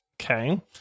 okay